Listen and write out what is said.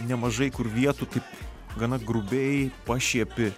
nemažai kur vietų kaip gana grubiai pašiepi